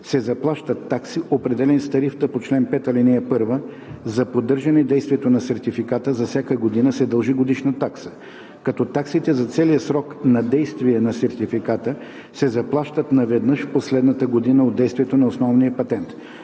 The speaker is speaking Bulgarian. се заплащат такси, определени с тарифата по чл. 5, ал. 1. За поддържане действието на сертификата за всяка година се дължи годишна такса, като таксите за целия срок на действие на сертификата, се заплащат наведнъж в последната година от действието на основния патент.